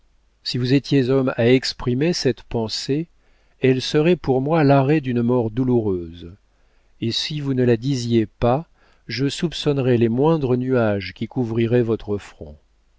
si vous étiez homme à exprimer cette pensée elle serait pour moi l'arrêt d'une mort douloureuse et si vous ne la disiez pas je soupçonnerais les moindres nuages qui couvriraient votre front